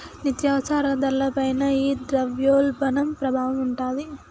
నిత్యావసరాల ధరల పైన ఈ ద్రవ్యోల్బణం ప్రభావం ఉంటాది